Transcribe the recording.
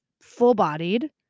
full-bodied